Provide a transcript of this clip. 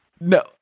No